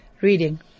Reading